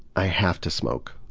i have to smoke.